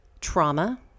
trauma